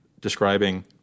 describing